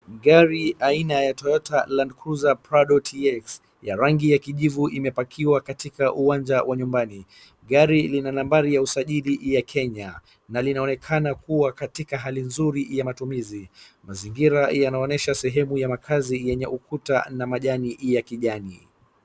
Gari aianaya Toyota Land cruiser Prado Tx ya rangi ya kijivu imepakiwa katika uwanja wa nyumbani. Gari lina nambari ya usajili ya Kenya na linaonekana kuwa katika hali nzuri ya matumizi. Mazingira yanaonesha sehemu ya makazi yenye ukuta na majani ya kijani.